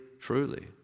truly